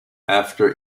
after